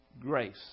grace